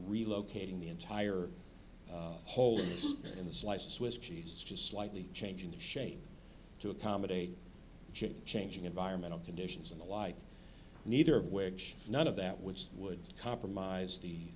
relocating the entire holding this in the slice of swiss cheese just slightly changing the shape to accommodate changing environmental conditions and the like neither of which none of that which would compromise the